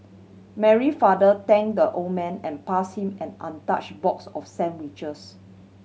Mary father thank the old man and pass him an untouch box of sandwiches